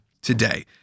today